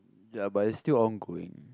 ya but it's still on going